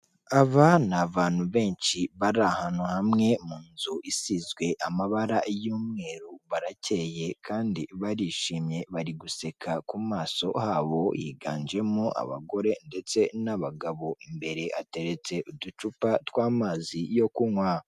Aba ni abantu benshi bari ahantu hamwe mu nzu isizwe amabara y'umweru, barakeye kandi barishimye bari guseka ku maso habo, higanjemo abagore ndetse n'abagabo, imbere hateretse uducupa tw'amazi yo kunywa.